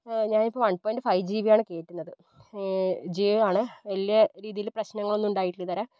ഞാനിപ്പോൾ one point five ജീബിയാണ് കേറ്റുന്നത് ജിയോ ആണ് വലിയ രീതിയിൽ പ്രശ്നങ്ങളൊന്നും ഉണ്ടായിട്ടില്ല ഇതുവരെ